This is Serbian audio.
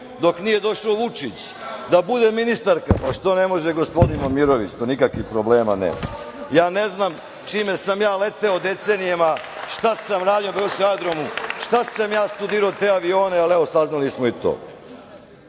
dok nije došao Vučić, da bude ministarka, pa što ne može gospodin Momirović, nikakvih problema nema. Ja ne znam čime sam ja leteo decenijama, šta sam radio na aerodromu, šta sam ja studirao te avione, ali evo saznali smo i